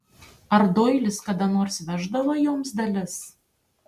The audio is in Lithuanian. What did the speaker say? ar doilis kada nors veždavo joms dalis